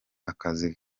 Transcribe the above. akazi